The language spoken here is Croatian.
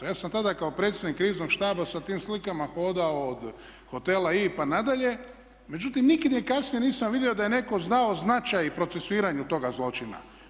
Ja sam tada kao predsjednik Kriznog štaba sa tim slikama hodao od hotela "i" pa na dalje, međutim nigdje kasnije nisam vidio da je netko dao značaj i procesuiranju toga zločina.